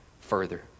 further